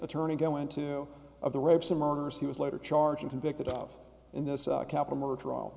attorney go into of the rapes and murders he was later charging convicted of in this capital murder trial